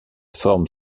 forme